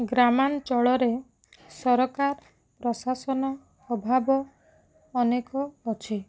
ଗ୍ରାମାଞ୍ଚଳରେ ସରକାର ପ୍ରଶାସନ ଅଭାବ ଅନେକ ଅଛି